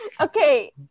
Okay